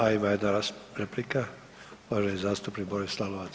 A ima jedna replika, uvaženi zastupnik Boris Lalovac.